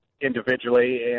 individually